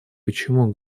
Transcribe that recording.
почему